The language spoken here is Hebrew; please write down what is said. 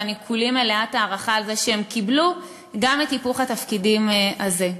ואני כולי מלאת הערכה על זה שהם קיבלו את היפוך התפקידים הזה.